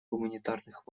гуманитарных